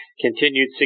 Continued